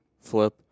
Flip